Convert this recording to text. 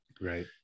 right